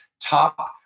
top